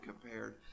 compared